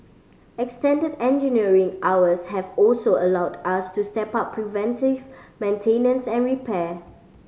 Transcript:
extended engineering hours have also allowed us to step up preventive maintenance and repair